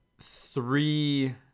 three